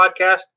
podcast